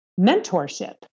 mentorship